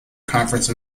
conference